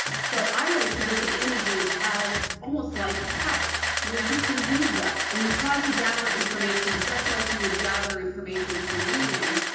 so i like to look at images as almost like texts, where you can read them, and you try to gather information just like you would gather information from reading.